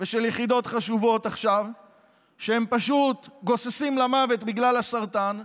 ושל יחידות חשובות שפשוט גוססים עכשיו למוות בגלל הסרטן,